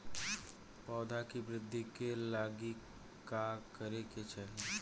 पौधों की वृद्धि के लागी का करे के चाहीं?